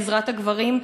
בעזרת הגברים,